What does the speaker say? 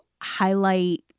highlight